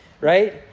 right